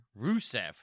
Rusev